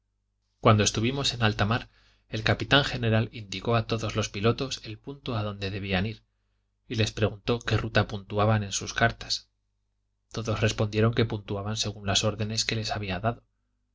cuando estuvimos en alta mar el capitán general indicó a todos los pilotos el punto adonde debían ir y les preguntó qué ruta puntuación en sus cartas todos respondieron que puntuaban según las órdenes que les había dado